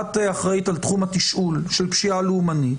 את אחראית על תחום התשאול של פשיעה לאומנית,